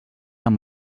amb